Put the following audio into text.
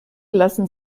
lassen